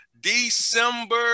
December